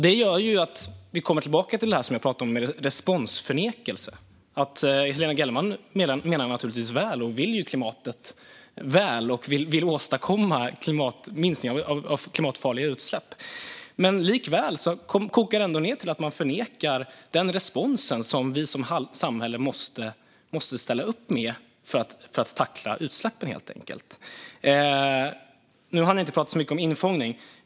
Detta gör att vi kommer tillbaka till det som jag pratade om: responsförnekelse. Helena Gellerman menar naturligtvis väl, vill klimatet väl och vill åstadkomma en minskning av klimatfarliga utsläpp, men likväl kokar det ned till att man förnekar den respons som vi som samhälle måste ställa upp med för att tackla utsläppen. Nu hann vi inte tala så mycket om infångning.